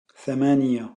ثمانية